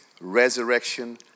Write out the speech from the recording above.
resurrection